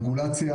ברגולציה.